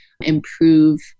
improve